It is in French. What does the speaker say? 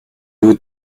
vous